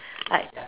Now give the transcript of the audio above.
like